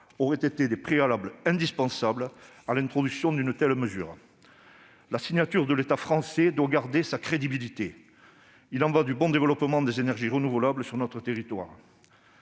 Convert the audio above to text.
auraient été des préalables indispensables à l'introduction d'une telle mesure. La signature de l'État français doit garder sa crédibilité. Il y va du bon développement des énergies renouvelables sur notre territoire.